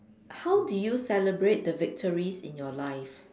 how do you celebrate the victories in your life